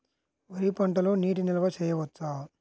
వరి పంటలో నీటి నిల్వ చేయవచ్చా?